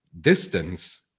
distance